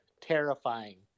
terrifying